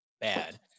bad